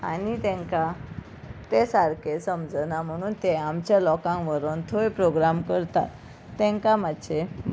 आनी तेंकां ते सारके समजना म्हणून ते आमच्या लोकांक व्हरोन थंय प्रोग्राम करता तेंकां मातशें